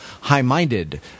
high-minded